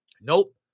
nope